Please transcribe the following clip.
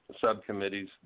subcommittees